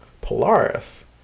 Polaris